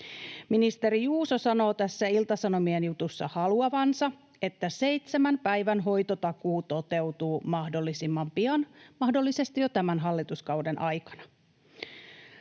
Ministeri Juuso sanoo tässä Ilta-Sanomien jutussa haluavansa, että seitsemän päivän hoitotakuu toteutuu mahdollisimman pian, mahdollisesti jo tämän hallituskauden aikana.